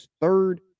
third